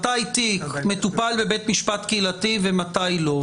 מתי תיק מטופל בבית משפט קהילתי ומתי לא,